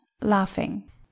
laughing